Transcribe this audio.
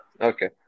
okay